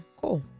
cool